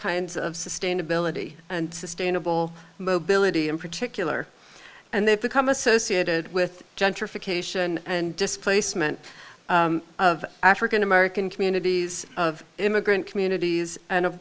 kinds of sustainability and sustainable mobility in particular and they've become associated with gentrification and displacement of african american communities of immigrant communities and